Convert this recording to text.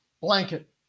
blanket